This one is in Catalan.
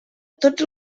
tots